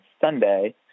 Sunday